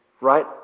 right